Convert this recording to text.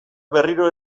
berriro